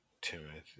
Timothy